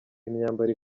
imyambaro